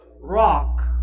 rock